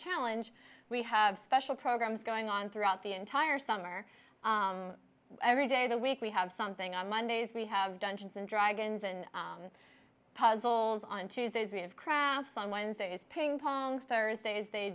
challenge we have special programs going on throughout the entire summer every day the week we have something on mondays we have dungeons and dragons and puzzles on tuesdays made of crafts on wednesdays ping pong thursdays they